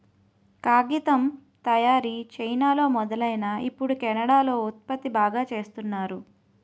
కాగితం తయారీ చైనాలో మొదలైనా ఇప్పుడు కెనడా లో ఉత్పత్తి బాగా చేస్తున్నారు